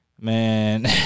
man